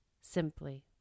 simply